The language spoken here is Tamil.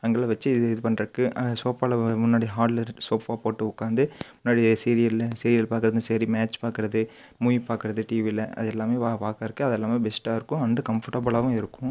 அவங்களை வச்சு இ இது பண்ணுறதுக்கு சோஃபாவில முன்னாடி ஹால்ல ரெண்டு சோஃபா போட்டு உட்காந்து முன்னாடி சீரியல்ல சீரியல் பார்க்குறது சரி மேட்ச் பார்க்குறது மூவி பார்க்குறது டிவியில அது எல்லாமே வா பார்க்குறக்கு அது எல்லாமே பெஸ்ட்டாக இருக்கும் அண்ட் கம்ஃபர்ட்டபில்லாகவும் இருக்கும்